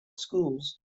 schools